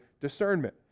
discernment